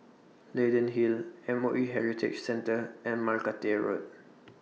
Leyden Hill M O E Heritage Centre and Margate Road